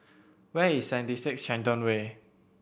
where is Seventy Six Shenton Way